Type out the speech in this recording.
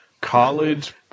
college